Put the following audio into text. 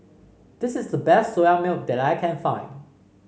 this is the best Soya Milk that I can find